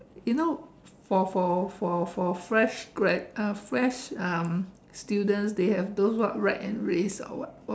you know for for for for fresh grad uh fresh um students they have those what rag and race or what